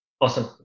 Awesome